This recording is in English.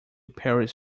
paris